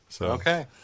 Okay